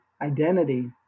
identity